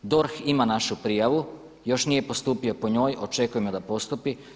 DORH ima našu prijavu, još nije postupio po njoj, očekujemo da postupi.